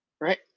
right